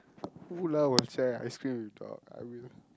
who lah will share ice cream with dog I will